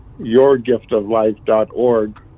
yourgiftoflife.org